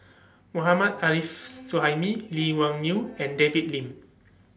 Mohammad Arif Suhaimi Lee Wung Yew and David Lim